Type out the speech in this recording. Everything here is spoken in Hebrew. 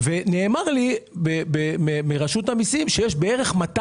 נאמר לי על ידי רשות המיסים שיש בערך 200